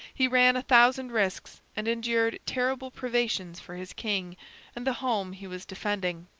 he ran a thousand risks and endured terrible privations for his king and the home he was defending.